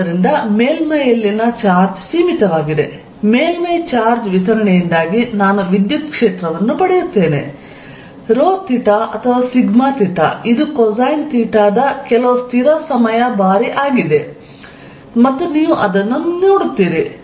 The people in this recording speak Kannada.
ಆದ್ದರಿಂದ ಮೇಲ್ಮೈಯಲ್ಲಿನ ಚಾರ್ಜ್ ಸೀಮಿತವಾಗಿದೆ ಮೇಲ್ಮೈ ಚಾರ್ಜ್ ವಿತರಣೆಯಿಂದಾಗಿ ನಾನು ವಿದ್ಯುತ್ ಕ್ಷೇತ್ರವನ್ನು ಪಡೆಯುತ್ತೇನೆ 'ರೋ ಥೀಟಾ ' ಅಥವಾ 'ಸಿಗ್ಮಾ ಥೀಟಾ' ಇದು ಕೊಸೈನ್ ಥೀಟಾ ದ ಕೆಲವು ಸ್ಥಿರ ಸಮಯ ಬಾರಿ ಆಗಿದೆ ಮತ್ತು ನೀವು ಅದನ್ನು ನೋಡುತ್ತೀರಿ